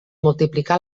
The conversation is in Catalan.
multiplicar